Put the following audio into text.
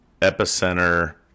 Epicenter